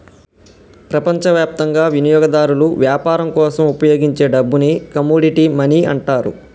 ప్రపంచవ్యాప్తంగా వినియోగదారులు వ్యాపారం కోసం ఉపయోగించే డబ్బుని కమోడిటీ మనీ అంటారు